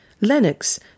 Lennox